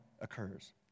occurs